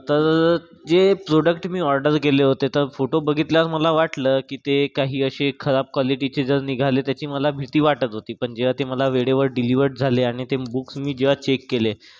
तर जे प्रोडक्ट मी ऑर्डर केले होते तर फोटो बघितल्यावर मला वाटलं की ते काही असे खराब क्वालिटीचे जर निघाले त्याची मला भीती वाटत होती पण जेव्हा ते मला वेळेवर डिलिवर्ड झाले आणि ते बुक्स मी जेव्हा चेक केले